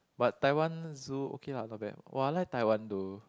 but Taiwan zoo okay lah not bad !wah! I like Taiwan though